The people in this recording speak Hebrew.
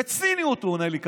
בציניות הוא עונה לי,